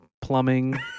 plumbing